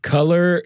Color